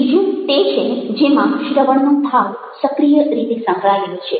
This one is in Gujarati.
ત્રીજું તે છે જેમાં શ્રવણનો ભાગ સક્રિય રીતે સંકળાયેલો છે